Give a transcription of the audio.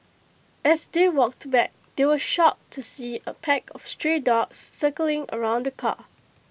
as they walked back they were shocked to see A pack of stray dogs circling around the car